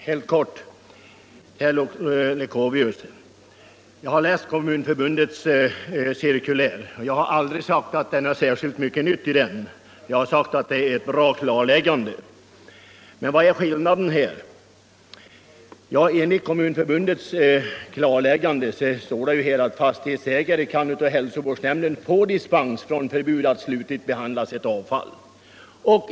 Herr talman! Helt kort: Jag har läst Kommunförbundets cirkulär, herr Leuchovius, och jag har aldrig sagt att det finns särskilt mycket nytt i det. Jag har sagt att det är ett bra klarläggande. Vad är då skillnaden? Kommunförbundet anför i sin klarläggande skrivning: Fastighetsägare kan av. hälsovårdsnämnden få dispens från förbud att slutligt behandla sitt avfall.